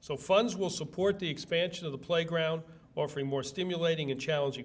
so funds will support the expansion of the playground or free more stimulating and challenging